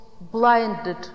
blinded